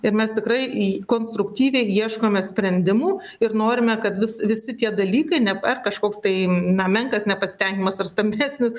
ir mes tikrai i konstruktyviai ieškome sprendimų ir norime kad vis visi tie dalykai ne ar kažkoks tai na menkas nepasitenkinimas ar stambesnis